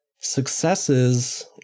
successes